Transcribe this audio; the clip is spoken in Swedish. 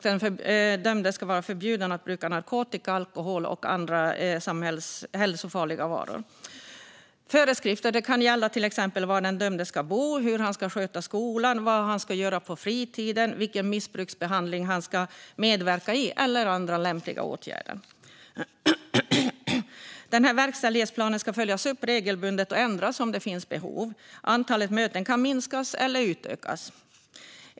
Den dömde ska vara förbjuden att bruka narkotika och alkohol och andra hälsofarliga varor. Föreskrifter kan gälla var den dömde ska bo, hur han ska sköta skolan, vad han ska göra på fritiden, vilken missbruksbehandling som han ska medverka i eller andra lämpliga åtgärder. Verkställighetsplanen ska följas upp regelbundet och ändras om det finns behov. Antalet möten kan minskas eller utökas beroende på hur det går.